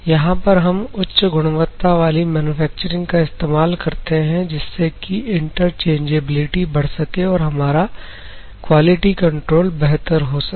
यहां पर हम उच्च गुणवत्ता वाली मैनुफैक्चरिंग का इस्तेमाल करते हैं जिससे कि इंटरचेंजेबिलिटी बढ़ सके और हमारा क्वालिटी कंट्रोल बेहतर हो सके